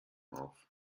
auf